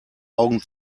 augen